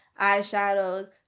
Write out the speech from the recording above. eyeshadows